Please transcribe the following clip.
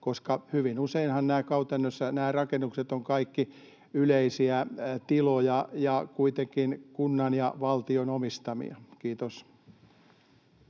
koska hyvin useinhan käytännössä nämä rakennukset ovat kaikki yleisiä tiloja ja kuitenkin kunnan ja valtion omistamia. — Kiitos.